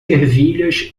ervilhas